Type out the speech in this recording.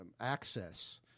access